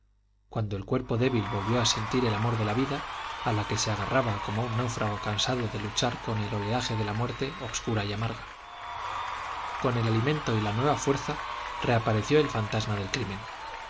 cuando el cuerpo débil volvió a sentir el amor de la vida a la que se agarraba como un náufrago cansado de luchar con el oleaje de la muerte obscura y amarga con el alimento y la nueva fuerza reapareció el fantasma del crimen